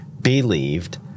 believed